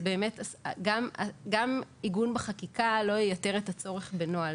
גם עיגון בחקיקה לא ייתר את הצורך בנוהל.